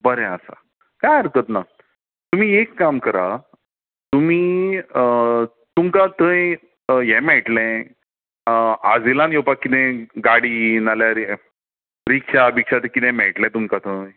बरें आसा कांय हरकत ना तुमी एक काम करा तुमी तुमका थंय हे मेळटले आजिलॉन येवपाक कितें गाडी नाल्यार हे रिक्षा बिक्षा तें कितें मेळटले तुमका थंय